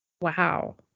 Wow